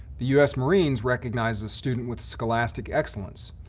the us marines recognize a student with scholastic excellence.